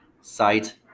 site